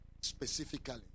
Specifically